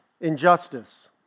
Injustice